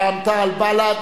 רע"ם-תע"ל ובל"ד,